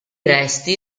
resti